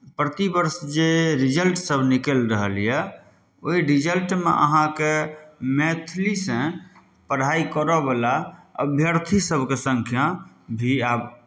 प्रतिवर्ष जे रिजल्ट सभ निकलि रहल यए ओहि रिजल्टमे अहाँके मैथिलीसँ पढ़ाइ करयवला अभ्यर्थी सभके सङ्ख्या भी आब